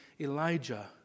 Elijah